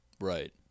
Right